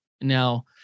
now